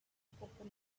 spoken